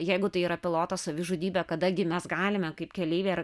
jeigu tai yra piloto savižudybė kada gi mes galime kaip keleiviai ar